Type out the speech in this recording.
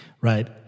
right